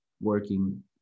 working